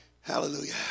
Hallelujah